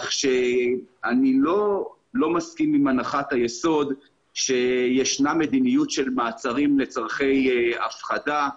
אני לא מסכים עם הנחת היסוד שיש מדיניות של מעצרים לצורכי הפחדה.